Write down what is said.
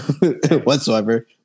whatsoever